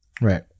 Right